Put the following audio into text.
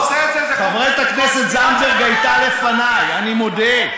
חברת הכנסת זנדברג הייתה לפניי, אני מודה.